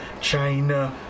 China